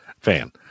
Fan